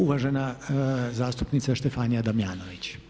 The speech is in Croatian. Uvažena zastupnica Štefanija Damjanović.